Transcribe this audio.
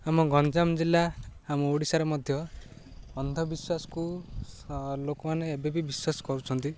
ଆମ ଗଞ୍ଜାମ ଜିଲ୍ଲା ଆମ ଓଡ଼ିଶାରେ ମଧ୍ୟ ଅନ୍ଧବିଶ୍ୱାସକୁ ଲୋକମାନେ ଏବେବି ବିଶ୍ୱାସ କରୁଛନ୍ତି